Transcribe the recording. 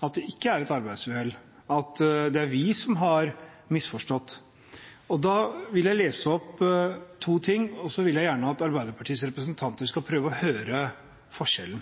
at det ikke er et arbeidsuhell, og at det er vi som har misforstått. Da vil jeg lese opp to ting, og så vil jeg gjerne at Arbeiderpartiets representanter skal prøve å høre forskjellen.